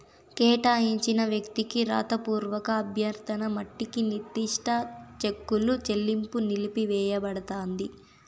కేటాయించిన వ్యక్తికి రాతపూర్వక అభ్యర్థన మట్టికి నిర్దిష్ట చెక్కుల చెల్లింపు నిలిపివేయబడతాంది